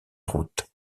route